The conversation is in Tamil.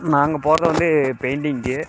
நாங்கள் போகிறது வந்து பெயிண்டிங்குக்கு